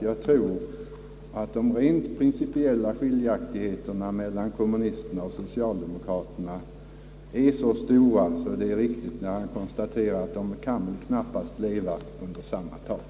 Jag tror att de rent principiella skiljaktigheterna mellan kommunisterna och socialdemokraterna är så stora, att det är riktigt att konstatera att de knappast kan leva under samma tak.